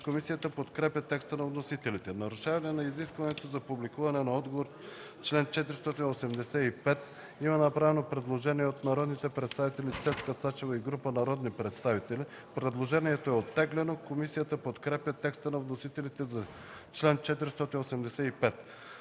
Комисията подкрепя текста на вносителите за чл. 484. „Нарушаване на изискването за публикуване на отговор” – чл. 485. По чл. 485 има направено предложение от народния представител Цецка Цачева и група народни представители. Предложението е оттеглено. Комисията подкрепя текста на вносителите за чл. 485.